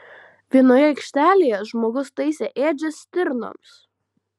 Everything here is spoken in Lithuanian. vienoje aikštelėje žmogus taisė ėdžias stirnoms